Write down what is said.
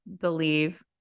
believe